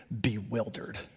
bewildered